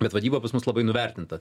bet vadyba pas mus labai nuvertinta